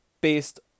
based